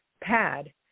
pad